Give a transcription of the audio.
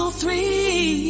three